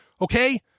Okay